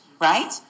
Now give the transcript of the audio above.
Right